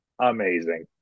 amazing